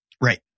Right